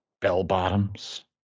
Bell-bottoms